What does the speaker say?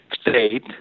state